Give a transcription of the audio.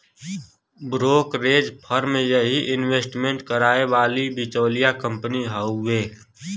brokerage firm यही investment कराए वाली बिचौलिया कंपनी हउवे